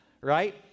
right